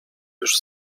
już